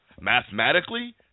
Mathematically